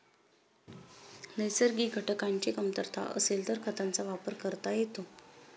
नैसर्गिक घटकांची कमतरता असेल तर खतांचा वापर करता येतो